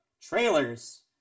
trailers